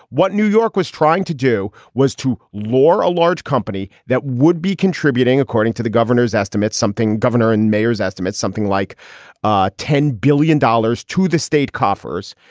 what new york was trying to do was to law a large company that would be contributing, according to the governor's estimates, something governor and mayor's estimate, something like ah ten billion dollars to the state coffers.